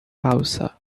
pausa